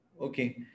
okay